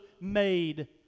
made